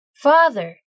Father